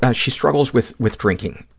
ah she struggles with with drinking.